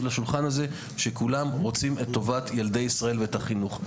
לשולחן הזה הוא שכולם רוצים את טובת ילדי ישראל ואת החינוך.